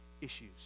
issues